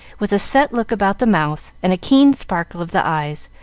with a set look about the mouth and a keen sparkle of the eyes,